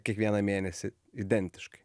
kiekvieną mėnesį identiškai